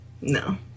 no